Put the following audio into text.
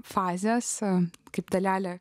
fazėse kaip dalelė